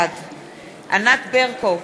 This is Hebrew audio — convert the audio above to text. בעד ענת ברקו,